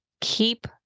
keep